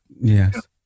Yes